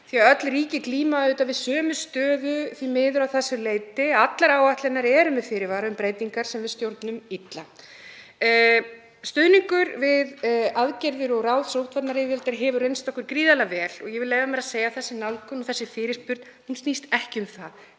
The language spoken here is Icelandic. því að öll ríki glíma því miður við sömu stöðu að þessu leyti að allar áætlanir eru með fyrirvara um breytingar sem við stjórnum illa. Stuðningur við aðgerðir og ráð sóttvarnayfirvalda hefur reynst okkur gríðarlega vel og ég vil leyfa mér að segja að þessi nálgun og þessi fyrirspurn snýst ekki um það,